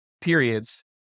periods